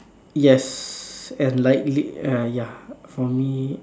yes and likely uh ya for me